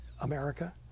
America